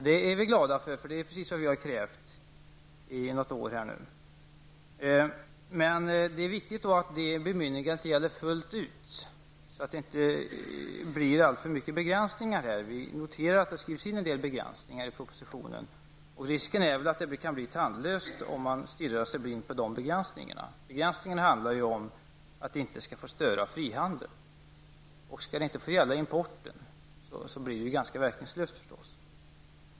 Det är vi glada över, för det är precis vad vi har krävt under något år. Men det är då viktigt att det bemyndigandet gäller fullt ut, så att det inte blir alltför många begränsningar. Vi har noterat att det enligt propositionen skrivs in en del begränsningar. Risken är att det hela blir tandlöst om man stirrar sig blind på dessa begränsningar. Avsikten med begränsningarna är att lagen inte skall få störa frihandeln. Om lagen inte får gälla importen, blir den förstås ganska verkningslös.